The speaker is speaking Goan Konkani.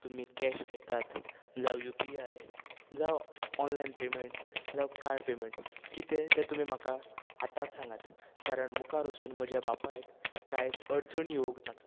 तुमी कॅश घेतात जावं यूपीआय जावं ऑनलायन पेमेन्ट जांव कार्ड पेमेन्ट कितें तें तुमी म्हाका आतात सांगात कारण मुखार वचून म्हज्या बापायक कांयच अडचण येवंक नाकात